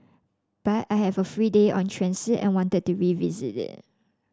but I have a free day on transit and wanted to revisit it